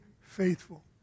faithful